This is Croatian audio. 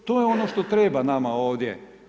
I to je ono što treba nama ovdje.